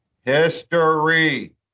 history